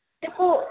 ਦੇਖੋ